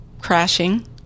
crashing